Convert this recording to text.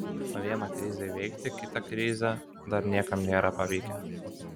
o viena krize įveikti kitą krizę dar niekam nėra pavykę